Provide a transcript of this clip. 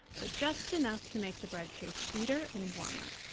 but just enough to make the bread taste sweeter and warmer.